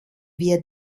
wir